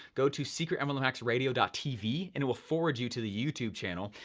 go to secretmlmhacksradio tv and it will forward you to the youtube channel,